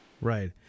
Right